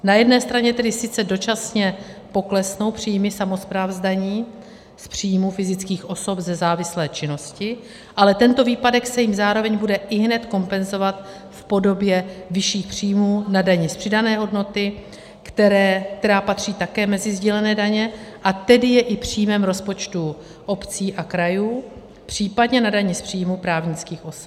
Na jedné straně tedy sice dočasně poklesnou příjmy samospráv z daní z příjmu fyzických osob ze závislé činnosti, ale tento výpadek se jim zároveň bude ihned kompenzovat v podobě vyšších příjmů na dani z přidané hodnoty, která patří také mezi sdílené daně, a tedy je i příjmem rozpočtů obcí a krajů, případně na dani z příjmu právnických osob.